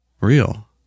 Real